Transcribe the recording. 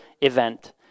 event